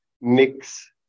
mix